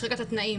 שחיקת התנאים,